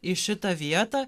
į šitą vietą